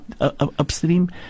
upstream